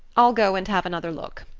i'll go and have another look,